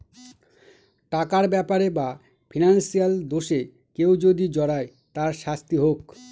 টাকার ব্যাপারে বা ফিনান্সিয়াল দোষে কেউ যদি জড়ায় তার শাস্তি হোক